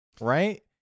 right